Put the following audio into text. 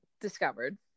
discovered